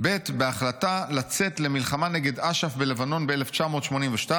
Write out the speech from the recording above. בהחלטה לצאת למלחמה נגד אש"ף בלבנון ב-1982,